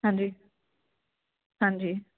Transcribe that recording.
ਹਾਂਜੀ ਹਾਂਜੀ